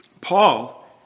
Paul